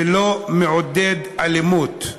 ולא מעודד אלימות.